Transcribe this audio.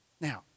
Now